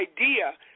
Idea